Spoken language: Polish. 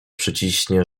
przyciśnie